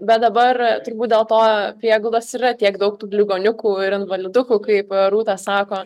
bet dabar turbūt dėl to prieglaudos yra tiek daug tų ligoniukų ir invalidukų kaip rūta sako